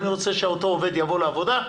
אני רוצה שאותו עובד יבוא לעבודה,